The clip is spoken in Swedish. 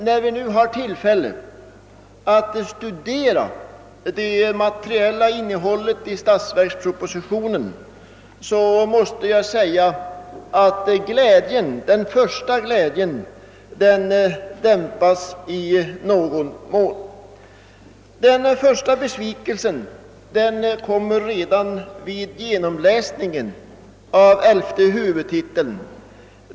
När vi nu har tillfälle att studera det materiella innehållet i statsverkspropositionen dämpas emellertid den första glädjen i någon mån. Den första besvikelsen kommer redan vid genomläsningen av elfte huvudtiteln.